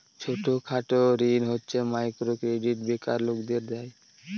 ছোট খাটো ঋণ হচ্ছে মাইক্রো ক্রেডিট বেকার লোকদের দেয়